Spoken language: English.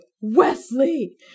wesley